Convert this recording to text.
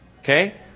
Okay